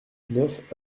neuf